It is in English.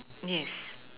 yes